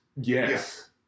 yes